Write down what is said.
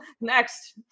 next